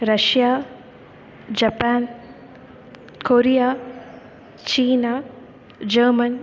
Russia Japan Korea China German